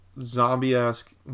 zombie-esque